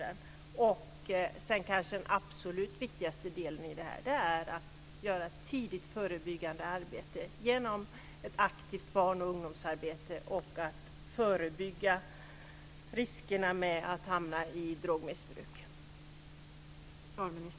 Den kanske absolut viktigaste delen i detta är att utföra ett tidigt, förebyggande arbetet genom ett aktivt barn och ungdomsarbete och genom att förebygga riskerna med att hamna i drogmissbruk.